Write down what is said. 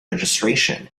registration